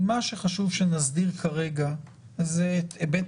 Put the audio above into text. מה שחשוב הוא שנסדיר כרגע זה את היבט